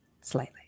Slightly